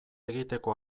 egiteko